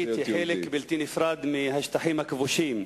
היא חלק בלתי נפרד מהשטחים הכבושים,